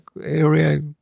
area